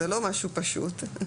זה לא משהו פשוט.